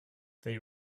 they